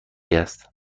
دارد